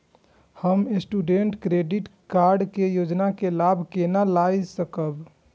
हम student credit card के योजना के लाभ केना लय सकब?